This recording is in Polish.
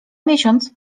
miesiąc